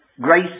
Grace